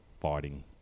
fighting